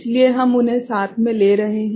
इसलिए हम उन्हें साथ मे ले रहे हैं